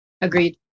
Agreed